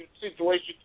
situation